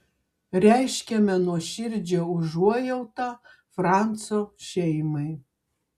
reiškiame nuoširdžią užuojautą franco šeimai